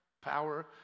power